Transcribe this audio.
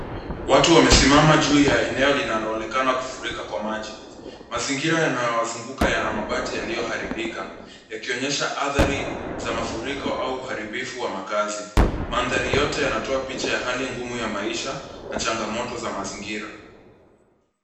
Watu wamesimama juu ya eneo linaloonekana kufurika kwa maji. Mazingira yanayowazunguka yana mabati yaliyoharibika, yakionyesha adhari za mafuriko au uharibifu wa makaazi. Mandhari yote yanatoa picha ya hali ngumu ya maisha na changamoto za mazingira.